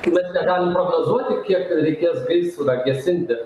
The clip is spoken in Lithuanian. kai mes negalim prognozuoti kiek reikės gaisrą gesinti